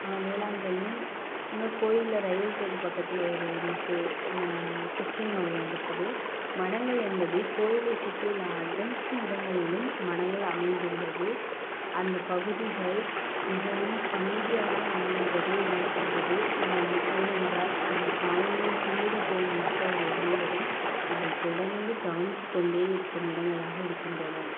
வேளாங்கண்ணி இன்னும் கோயில்ல ரைவல் கேட்டு பக்கத்துல ஒரு மசூ ம கிறிஷ்டின் ஆலயம் இருக்குது மடங்கள் என்பது கோயிலை சுற்றி உள்ள அனைத்து இடங்களிலும் மடங்கள் அமைந்துள்ளது அந்த பகுதிகள் மிகவும் அமைதியாக அமைவதே இருக்காது ஏன் ஏனென்றால் அதை சாமியை கும்பிடும் போவும் மக்கள்கள் அனைவரும் அதை தொடர்ந்து கவனித்து கொண்டே இருக்கும் இடங்களாக இருக்கின்றன